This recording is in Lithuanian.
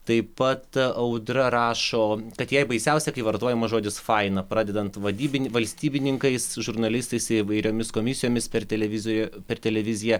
taip pat audra rašo kad jai baisiausia kai vartojamas žodis faina pradedant vadybinį valstybininkais žurnalistais įvairiomis komisijomis per televizoją per televiziją